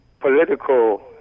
political